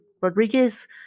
Rodriguez